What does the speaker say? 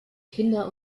kinder